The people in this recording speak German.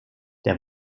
der